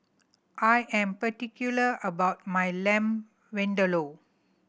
I am particular about my Lamb Vindaloo